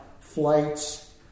flights